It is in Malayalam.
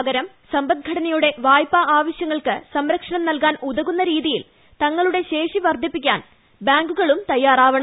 പകരം സമ്പദ്ഘടനയുടെ വായ്പാ ആവശ്യങ്ങൾക്ക് സ്ട്രേക്ഷണം നല്കാൻ ഉതകുന്ന രീതിയിൽ തങ്ങളുടെ ശ്യേഷി വർധിപ്പിക്കാൻ ബാങ്കുകളും തയ്യാറാവണം